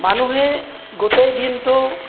মানুহে গোটেই দিনটো